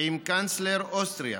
עם קנצלר אוסטריה